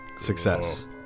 Success